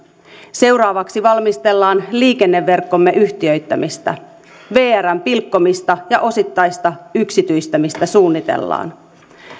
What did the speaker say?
seuraavaksi valmistellaan liikenneverkkomme yhtiöittämistä vrn pilkkomista ja osittaista yksityistämistä suunnitellaan